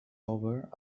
over